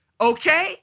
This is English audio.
okay